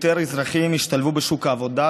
יותר אזרחים ישתלבו בשוק העבודה,